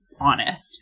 honest